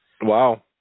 Wow